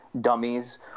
dummies